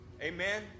Amen